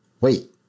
Wait